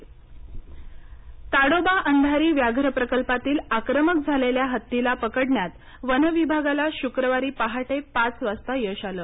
हत्ती हल्ला ताडोबा अंधारी व्याघ्र प्रकल्पातील आक्रमक झालेल्या हत्तीला पकडण्यात वनविभागाला शुक्रवारी पहाटे पाच वाजता यश आले